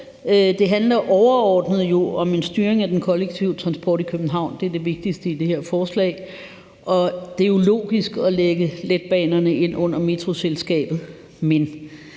Det handler overordnet om en styring af den kollektive transport i København. Det er det vigtigste i det her forslag, og det er jo logisk at lægge letbanerne ind under Metroselskabet,